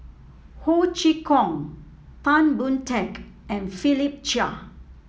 Ho Chee Kong Tan Boon Teik and Philip Chia